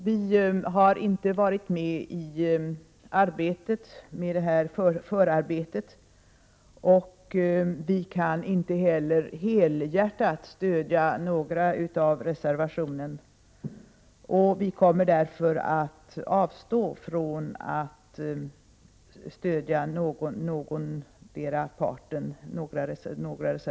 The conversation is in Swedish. Vi har inte varit med om förarbetet till detta betänkande, och vi kan inte heller helhjärtat stödja någon av reservationerna. Vi kommer därför att avstå från att stödja någondera parten.